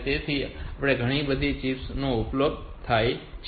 તેથી તે માટે આવી ઘણી ચિપ્સ ઉપલબ્ધ હોય છે